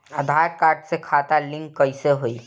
आधार card से खाता link कईसे होई?